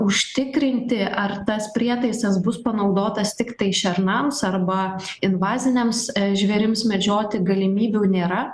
užtikrinti ar tas prietaisas bus panaudotas tiktai šernams arba invaziniams žvėrims medžioti galimybių nėra